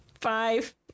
Five